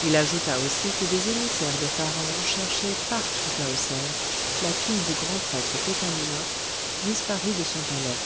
il ajouta aussi que des émissaires de pharaon cherchaient partout tahoser la fille du grand prêtre pétamounoph disparue de son palais